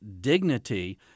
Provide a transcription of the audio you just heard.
dignity